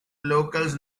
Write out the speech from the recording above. locals